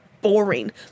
boring